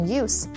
use